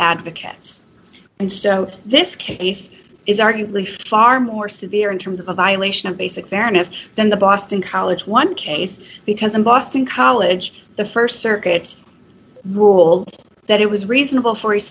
advocates and so this case is arguably far more severe in terms of a violation of basic fairness than the boston college one case because in boston college the st circuit ruled that it was reasonable for